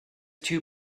two